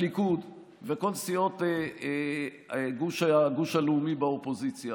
הליכוד וכל סיעות הגוש הלאומי באופוזיציה,